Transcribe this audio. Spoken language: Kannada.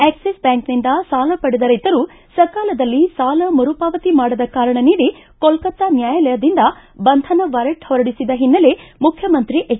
ಆಕ್ಲಿಸ್ ಬ್ಯಾಂಕಿನಿಂದ ಸಾಲ ಪಡೆದ ಕರ್ಯೆತರು ಸಕಾಲದಲ್ಲಿ ಸಾಲ ಮರುಪಾವತಿ ಮಾಡದ ಕಾರಣ ನೀಡಿ ಕೋಲ್ಕತ್ತ ನ್ಯಾಯಾಲಯದಿಂದ ಬಂಧನ ವಾರೆಂಟ್ ಹೊರಡಿಸಿದ ಹಿನ್ನೆಲೆ ಮುಖ್ಯಮಂತ್ರಿ ಎಚ್